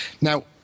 Now